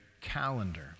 calendar